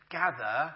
gather